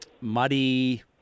muddy